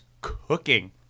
cooking